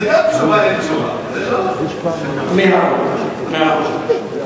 זאת גם תשובה, אין תשובה.